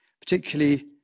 Particularly